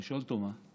אני שואל אותו: מה?